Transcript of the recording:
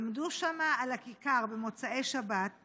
עמדו שם על הכיכר במוצאי שבת,